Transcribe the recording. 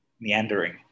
meandering